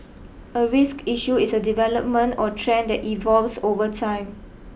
a risk issue is a development or trend that evolves over time